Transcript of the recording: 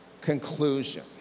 conclusion